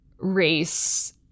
race